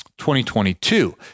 2022